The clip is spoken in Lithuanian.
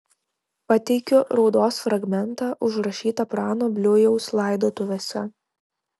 pateikiu raudos fragmentą užrašytą prano bliujaus laidotuvėse